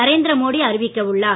நரேந்திரமோடி அறிவிக்க உள்ளார்